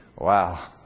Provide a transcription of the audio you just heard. Wow